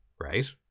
right